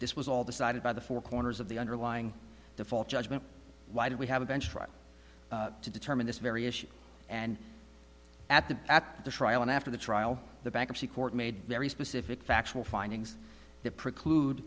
this was all decided by the four corners of the underlying default judgment why did we have a bench trial to determine this very issue and at the at the trial and after the trial the bankruptcy court made very specific factual findings that preclude